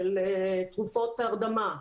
של תרופות הרדמה?